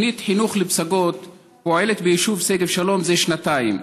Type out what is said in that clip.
התוכנית חינוך לפסגות פועלת ביישוב שגב שלום זה שנתיים,